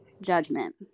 judgment